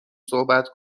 صحبت